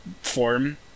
Form